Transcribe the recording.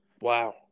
wow